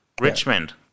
Richmond